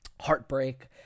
heartbreak